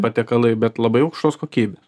patiekalai bet labai aukštos kokybės